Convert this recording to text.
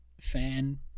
fan